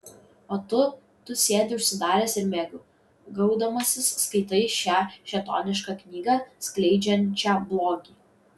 o tu tu sėdi užsidaręs ir mėgaudamasis skaitai šią šėtonišką knygą skleidžiančią blogį